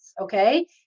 okay